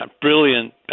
brilliant